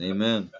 Amen